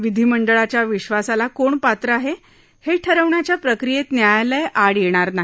विधीमंडळाच्या विश्वासाला कोण पात्र आहे हे ठरवण्याच्या प्रक्रियेत न्यायालय आड येणार नाही